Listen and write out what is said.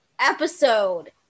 episode